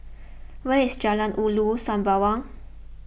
where is Jalan Ulu Sembawang